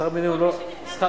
שכר מינימום, שכר